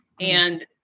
and-